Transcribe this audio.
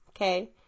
Okay